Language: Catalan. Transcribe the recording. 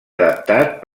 adaptat